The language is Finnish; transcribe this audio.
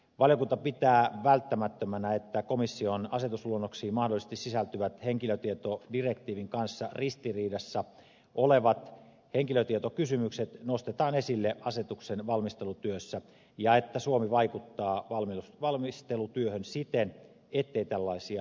valiokunta pitää välttämättömänä että komission asetusluonnoksiin mahdollisesti sisältyvät henkilötietodirektiivin kanssa ristiriidassa olevat henkilötietokysymykset nostetaan esille asetuksen valmistelutyössä ja että suomi vaikuttaa valmistelutyöhön siten ettei tällaisia ristiriitaisuuksia synny